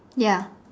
ya